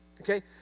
Okay